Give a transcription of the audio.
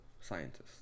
scientists